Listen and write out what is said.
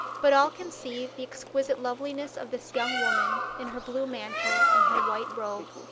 but all can see the exquisite loveliness of this young woman in her blue mantle and her white robe,